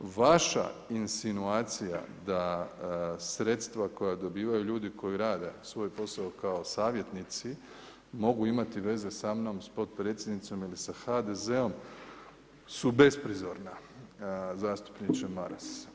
Vaša insinuacija da sredstva koja dobivaju ljudi koji rade svoj posao kao savjetnici, mogu imati veze sa mnom, sa potpredsjednicom ili sa HDZ-om su bezprizorna, zastupniče Maras.